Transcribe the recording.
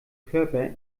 körper